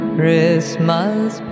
Christmas